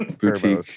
boutique